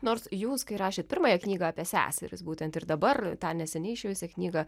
nors jūs kai rašėt pirmąją knygą apie seseris būtent ir dabar tą neseniai išėjusią knygą